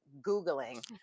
Googling